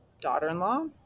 daughter-in-law